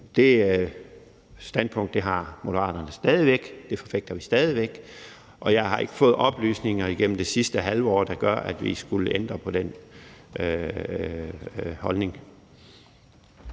Det standpunkt har Moderaterne stadig væk. Det forfægter vi stadig væk, og jeg har ikke fået oplysninger igennem det sidste halve år, der gør, at vi skulle ændre på den holdning.